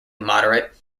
moderate